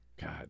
God